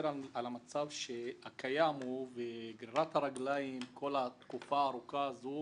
על המצב הקיים וגרירת הרגליים כל התקופה הארוכה הזו